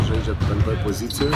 žaidžia penktoj pozicijoj